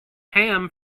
ham